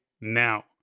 now